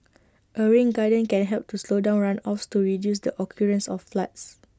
A rain garden can help to slow down runoffs to reduce the occurrence of floods